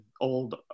old